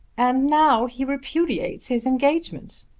and now he repudiates his engagement.